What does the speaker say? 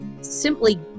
simply